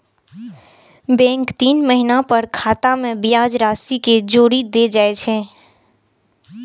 bank तीन महीना पर खाता मे ब्याज राशि कें जोड़ि दै छै